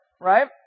right